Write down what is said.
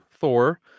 Thor